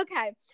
Okay